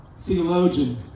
theologian